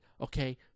okay